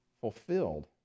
fulfilled